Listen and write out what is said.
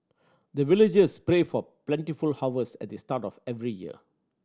the villagers pray for plentiful harvest at this start of every year